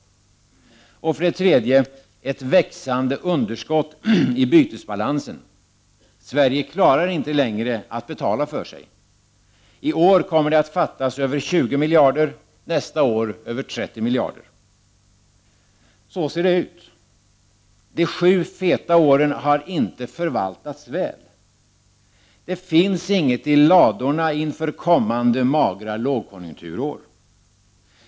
För det tredje ett växande underskott i bytesbalansen. Sverige klarar inte längre av att betala för sig. I år kommer det att fattas över 20 miljarder, nästa år över 30 miljarder kronor. Så ser det ut. De sju feta åren har inte förvaltats väl. Det finns inget i ladorna inför kommande magra lågkonjunkturår.